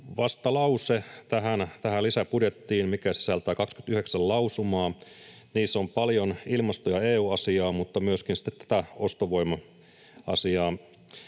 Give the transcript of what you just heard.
vastalause, joka sisältää 29 lausumaa. Niissä on paljon ilmasto- ja EU-asiaa, mutta myöskin tätä ostovoima-asiaa